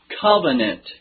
covenant